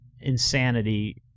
insanity